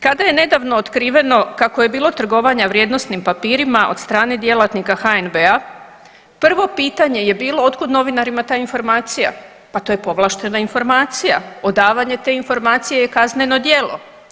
Kada je nedavno otkriveno kako je bilo trgovanja vrijednosnim papirima od strane djelatnika HNB-a prvo pitanje je bilo otkuda novinarima ta informacija, pa to je povlaštena informacija, odavanje te informacije je kazneno djelo.